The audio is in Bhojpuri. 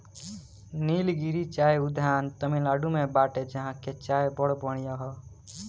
निलगिरी चाय उद्यान तमिनाडु में बाटे जहां के चाय बड़ा बढ़िया हअ